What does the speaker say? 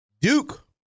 Duke